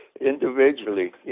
individually